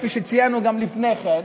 כפי שציינו גם לפני כן,